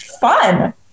fun